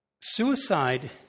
Suicide